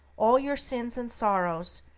all your sins and sorrows,